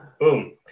Boom